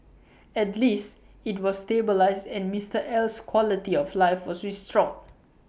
at least IT was stabilised and Mister L's quality of life was restored